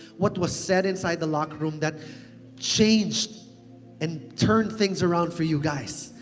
what was said inside the locker room that changed and turned things around for you guys.